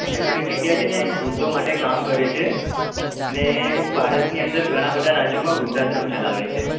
HelpAge India છે ને વૃદ્ધો માટે કામ કરે છે અને ભારતની અંદર ઘણાં બધાં રાજ્યોમાં વૃદ્ધાશ્રમ ચલાવે છે